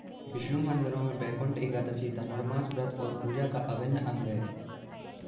विष्णु मंदिरों में वैकुंठ एकादशी धनुरमास व्रत और पूजा का अभिन्न अंग है